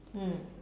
mm